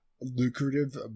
lucrative